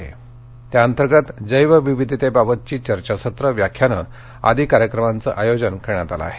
महोत्सवाअंतर्गत जैव विवीधते बाबत चर्चासत्र व्याख्यानं आदी कार्यक्रमांचं आयोजन करण्यात आलं आहे